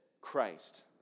Christ